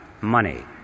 money